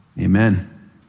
Amen